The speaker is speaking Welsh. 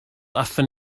aethon